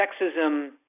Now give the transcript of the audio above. sexism